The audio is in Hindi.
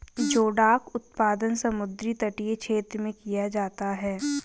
जोडाक उत्पादन समुद्र तटीय क्षेत्र में किया जाता है